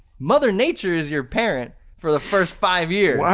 mother nature is your parent for the first five years.